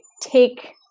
take